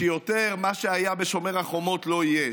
שמה שהיה בשומר החומות יותר לא יהיה,